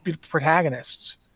protagonists